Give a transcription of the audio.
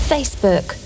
Facebook